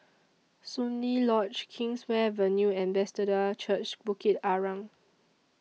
Soon Lee Lodge Kingswear Avenue and Bethesda Church Bukit Arang